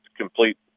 complete